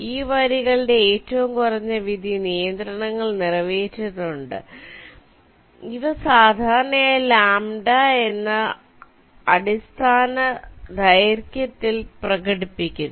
ഈ വരികളുടെ ഏറ്റവും കുറഞ്ഞ വീതി നിയന്ത്രണങ്ങൾ നിറവേറ്റേണ്ടതുണ്ട് ഇവ സാധാരണയായി λ എന്ന അടിസ്ഥാന ദൈർഘ്യത്തിൽ പ്രകടിപ്പിക്കുന്നു